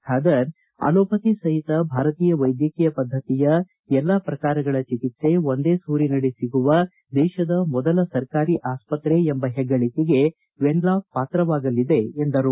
Khader allopathy ಸಹಿತ ಭಾರತೀಯ ವೈದ್ಯಕೀಯ ಪದ್ದತಿಯ ಎಲ್ಲಾ ಪ್ರಕಾರಗಳ ಚಿಕಿತ್ಸೆ ಒಂದೇ ಸೂರಿನಡಿ ಸಿಗುವ ದೇಶದ ಮೊದಲ ಸರಕಾರಿ ಆಸ್ಪತ್ರೆ ಎಂಬ ಹೆಗ್ಗಳಿಕೆಗೆ ವೆನ್ಲಾಕ್ ಪಾತ್ರವಾಗಲಿದೆ ಎಂದರು